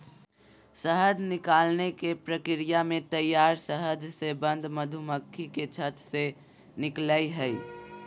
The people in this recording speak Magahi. शहद निकालने के प्रक्रिया में तैयार शहद से बंद मधुमक्खी से छत्त से निकलैय हइ